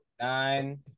Nine